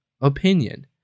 opinion